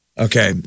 Okay